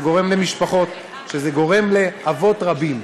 שזה גורם למשפחות, שזה גורם לאבות רבים.